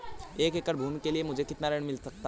एक एकड़ भूमि के लिए मुझे कितना ऋण मिल सकता है?